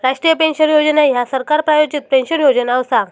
राष्ट्रीय पेन्शन योजना ह्या सरकार प्रायोजित पेन्शन योजना असा